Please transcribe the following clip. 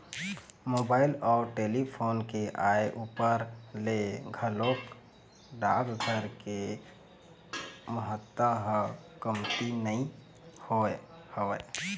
mobile अउ telephone के आय ऊपर ले घलोक डाकघर के महत्ता ह कमती नइ होय हवय